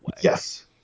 Yes